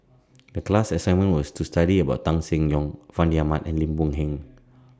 The class assignment was to study about Tan Seng Yong Fandi Ahmad and Lim Boon Heng